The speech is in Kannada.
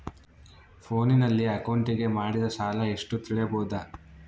ಫೋನಿನಲ್ಲಿ ಅಕೌಂಟಿಗೆ ಮಾಡಿದ ಸಾಲ ಎಷ್ಟು ತಿಳೇಬೋದ?